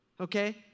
okay